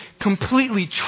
completely